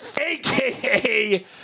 aka